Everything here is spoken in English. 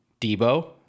Debo